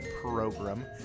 program